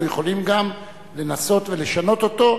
אנחנו יכולים גם לנסות ולשנות אותו,